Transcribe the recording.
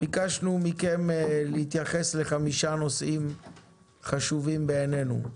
ביקשנו מכם להתייחס לחמישה נושאים חשובים בעינינו: